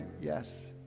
yes